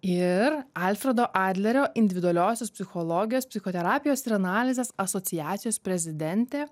ir alfredo adlerio individualiosios psichologijos psichoterapijos ir analizės asociacijos prezidentė